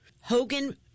Hogan